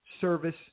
service